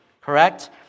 correct